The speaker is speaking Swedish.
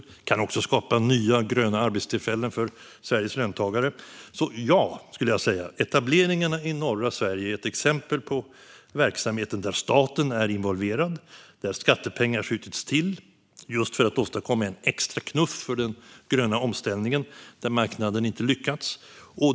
Det kan också skapa nya gröna arbetstillfällen för Sveriges löntagare. Så ja, etableringen i norra Sverige är ett exempel på verksamheter där staten är involverad och där skattepengar skjutits till just för att åstadkomma en extra knuff för den gröna omställningen där marknaden inte lyckats.